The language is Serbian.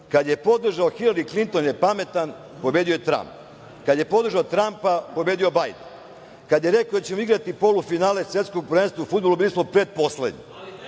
Kada je podržao Hilari Klinton, jer je pametan, pobedio je Tramp. Kada je podržao Trampa, pobedio je Bajden. Kada je rekao da ćemo igrati polufinale Svetskog prvenstva u fudbalu, bili smo pretposlednji.